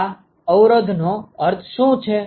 આ અવરોધ નો અર્થ શું છે